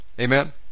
Amen